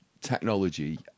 technology